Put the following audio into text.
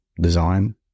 design